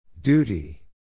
Duty